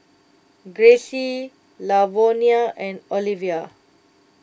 Grayce Lavonia and Olivia